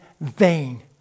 Vain